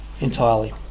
entirely